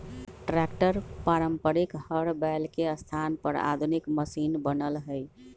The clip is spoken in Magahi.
ट्रैक्टर पारम्परिक हर बैल के स्थान पर आधुनिक मशिन बनल हई